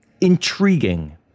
intriguing